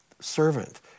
servant